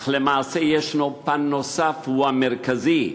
אך למעשה ישנו פן נוסף, והוא המרכזי,